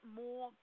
more